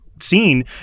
scene